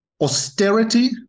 austerity